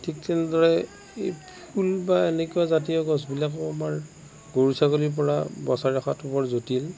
ঠিক তেনেদৰে ফুল বা এনেকুৱাজাতীয় গছবিলাকো আমাৰ গৰু ছাগলীৰ পৰা বচাই ৰখাটো বৰ জটিল